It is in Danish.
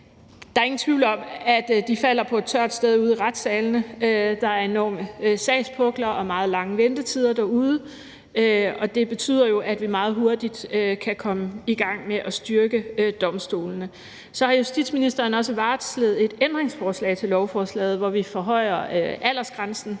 Der er ingen tvivl om, at de falder på et tørt sted ude i retssalene – der er enorme sagspukler og meget lange ventetider derude – og det betyder jo, at vi meget hurtigt kan komme i gang med at styrke domstolene. Så har justitsministeren også varslet et ændringsforslag til lovforslaget, hvor vi forhøjer aldersgrænsen